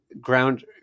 ground